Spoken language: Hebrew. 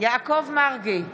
יעקב מרגי,